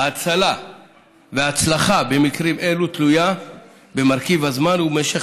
ההצלה וההצלחה במקרים אלה תלויות במרכיב הזמן ובמשך